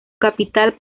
capital